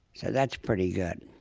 so that's pretty good